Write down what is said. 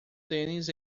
tênis